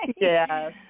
Yes